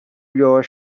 your